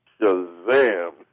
Shazam